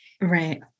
Right